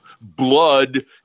Blood